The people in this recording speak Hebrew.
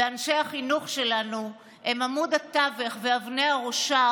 ואנשי החינוך שלנו הם עמוד התווך ואבני הראשה